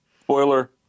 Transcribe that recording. Spoiler